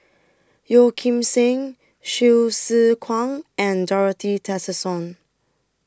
Yeo Kim Seng Hsu Tse Kwang and Dorothy Tessensohn